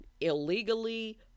illegally